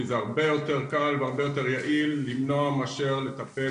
כי זה הרבה יותר קל והרבה יותר יעיל למנוע מאשר לטפל,